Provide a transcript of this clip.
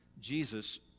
Jesus